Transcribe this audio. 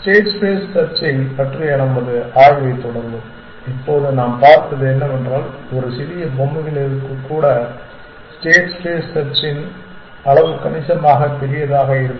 state space செர்சைப் பற்றிய நமது ஆய்வைத் தொடர்வோம் இப்போது நாம் பார்த்தது என்னவென்றால் ஒரு சிறிய பொம்மைகளுக்கு கூட ஸ்டேட் ஸ்பேஸ் செர்ச்சின் அளவு கணிசமாக பெரியதாக இருக்கும்